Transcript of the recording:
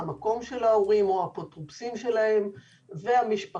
המקום של ההורים או האפוטרופוסים שלהם והמשפחות.